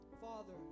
Father